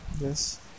yes